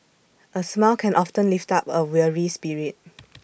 A smile can often lift up A weary spirit